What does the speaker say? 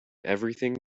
everything